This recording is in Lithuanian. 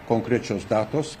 konkrečios datos